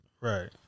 right